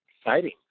exciting